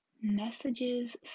messages